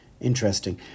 Interesting